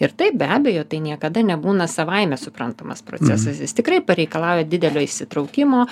ir taip be abejo tai niekada nebūna savaime suprantamas procesas jis tikrai pareikalauja didelio įsitraukimo